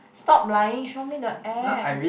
stop lying show me the app